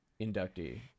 inductee